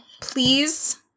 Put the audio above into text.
please